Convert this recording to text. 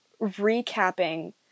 recapping